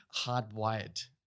hardwired